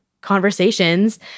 conversations